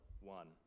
one